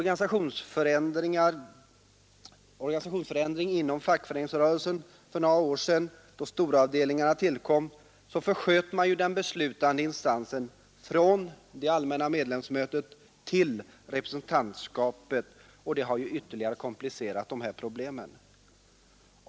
Genom organisationsförändring inom fackföreningsrörelsen för några år sedan, då storavdelningarna tillkom, försköts den beslutande instansen från det allmänna medlemsmötet till representantskapet, och det har Ytterligare komplicerat de här problemen.